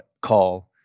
call